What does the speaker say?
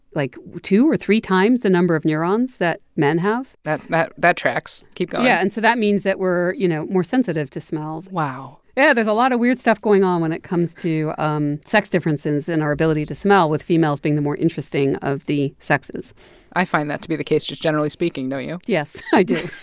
like, two or three times the number of neurons that men have that that tracks. keep going yeah. and so that means that we're, you know, more sensitive to smells wow yeah. there's a lot of weird stuff going on when it comes to um sex differences and our ability to smell, with females being the more interesting of the sexes i find that to be the case, just generally speaking, don't you? yes, i do